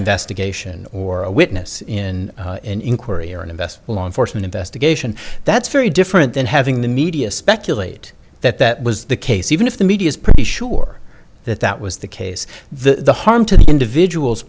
investigation or a witness in an inquiry or in a best law enforcement investigation that's very different than having the media speculate that that was the case even if the media is pretty sure that that was the case the harm to individuals